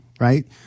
right